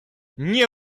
nie